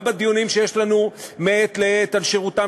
גם בדיונים שיש לנו מעת לעת על שירותם